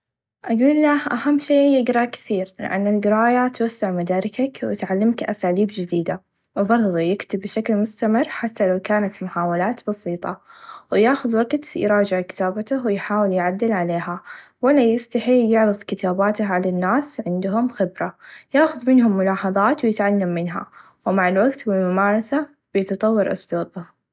أقله أهم شئ يقرأ كثير لأن القرايه توسع مداركك و تعلمك أساليب چديده و برظه يكتب بشكل مستمر حتى لو كانت محاولات بسيطه وياخذ وقت يراچع كتابته و يحاول يعدل عليها ولا يستحي يعرظ كتاباته على الناس عندهم خبره ياخذ منها ملاحظات و يتعلم منها و مع الوقت و الممارسه بيتطور أسلوبه.